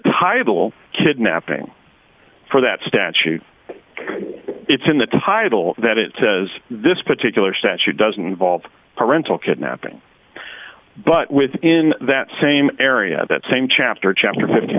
title kidnapping for that statute it's in the title that it says this particular statute doesn't involve parental kidnapping but within that same area that same chapter chapter fifty